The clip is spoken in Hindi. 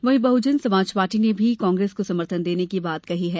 वहीं बहुजन समाज पार्टी ने भी कांग्रेस को समर्थन देने की बात कही है